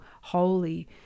holy